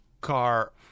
car